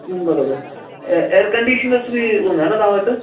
बराबरि ऐं एयरकंडीशनर्स बि हूंदा न तव्हां वटि